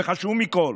וחשוב מכול,